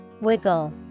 Wiggle